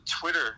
Twitter